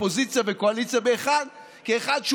אופוזיציה וקואליציה כאחד,